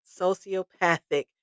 sociopathic